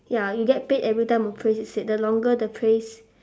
ya you get paid every time a phrase is said the longer the phrase